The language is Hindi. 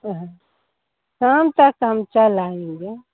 कहाँ शाम तक हम चल आएँगे